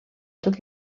tot